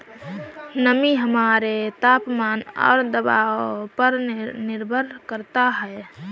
नमी हमारे तापमान और दबाव पर निर्भर करता है